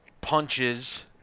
punches